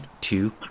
two